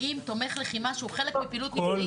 האם תומך לחימה שהוא חלק מפעילות מבצעית נספר?